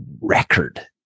record